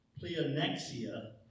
pleonexia